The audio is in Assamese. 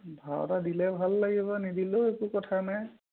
ভাও এটা দিলে ভাল লাগিব নিদিলেও একো কথা নাই